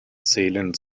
zählen